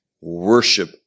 Worship